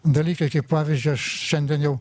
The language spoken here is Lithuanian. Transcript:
dalykai kaip pavyzdžiui aš šiandien jau